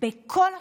בכל השכבות,